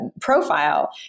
profile